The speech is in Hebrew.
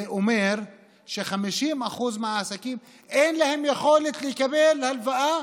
זה אומר של-50% מהעסקים אין יכולת לקבל הלוואה,